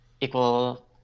equal